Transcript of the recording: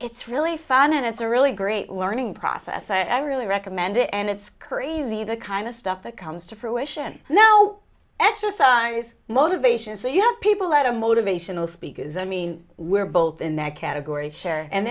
it's really fun and it's a really great learning process i really recommend it and it's crazy the kind of stuff that comes to fruition no exercise motivations you know people at a motivational speakers i mean we're both in that category share and